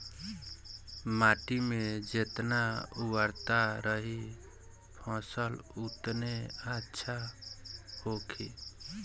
माटी में जेतना उर्वरता रही फसल ओतने अच्छा होखी